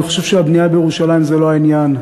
אני חושב שהבנייה בירושלים זה לא העניין.